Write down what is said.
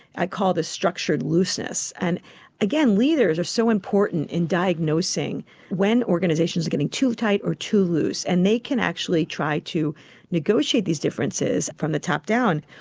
i call this structured looseness. and again, leaders are so important in diagnosing when organisations are getting too tight or too loose, and they can actually try to negotiate these differences from the top down.